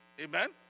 Amen